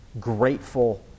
grateful